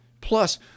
Plus